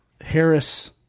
Harris